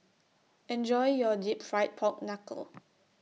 Enjoy your Deep Fried Pork Knuckle